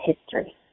history